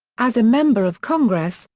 as a member of congress,